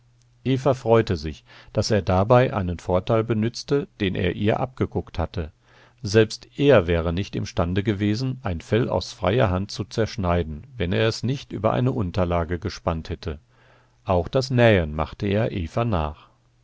eva freute sich daß er dabei einen vorteil benützte den er ihr abgeguckt hatte selbst er wäre nicht imstande gewesen ein fell aus freier hand zu zerschneiden wenn er es nicht über eine unterlage gespannt hätte auch das nähen machte er eva nach